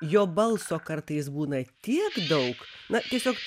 jo balso kartais būna tiek daug na tiesiog